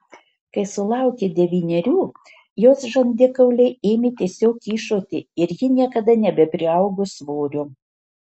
kai sulaukė devynerių jos žandikauliai ėmė tiesiog kyšoti ir ji niekada nebepriaugo svorio